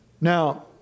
Now